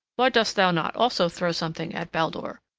why dost thou not also throw something at baldur?